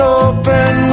open